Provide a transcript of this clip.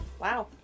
Wow